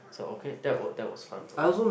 so okay that were that was fun for me